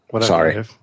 Sorry